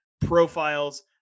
profiles